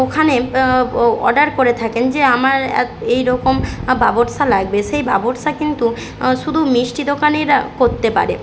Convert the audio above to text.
ওখানে অর্ডার করে থাকেন যে আমার অ্যা এই রকম বাবরসা লাগবে সেই বাবরসা কিন্তু শুধু মিষ্টি দোকানিরা করতে পারে